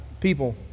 people